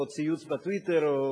או מציוץ ב"טוויטר".